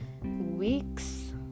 weeks